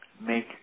make